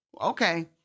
okay